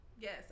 yes